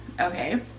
okay